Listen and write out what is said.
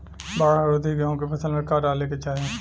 बाढ़ रोधी गेहूँ के फसल में का डाले के चाही?